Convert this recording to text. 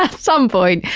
ah some point,